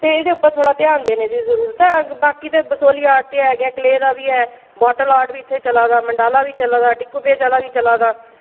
ते एह्दे पर थोह्ड़ा ध्यान देने दी जरूरत ऐ बाकी ते बसोह्ली आर्ट ते ऐ गै कलेऽ दा बी ऐ वॉटल आर्ट बी इत्थें चला दा मंडाला बी चला दा डीको वे आह्ला बी चला दा